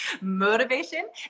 motivation